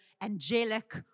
angelic